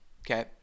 Okay